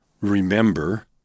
remember